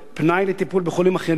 פנאי לטיפול בחולים אחרים,